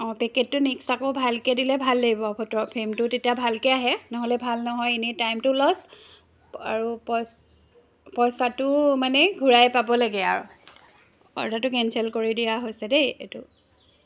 অঁ পেকেটটো নেক্সট আকৌ ভালকৈ দিলে ভাল লাগিব ফটোৰ ফ্ৰেমটো তেতিয়া ভালকৈ আহে নহ'লে ভাল নহয় এনেই টাইমটোও লচ আৰু পই পইচাটো মানে ঘূৰাই পাব লাগে আৰু অৰ্ডাৰটো কেনচেল কৰি দিয়া হৈছে দেই এইটো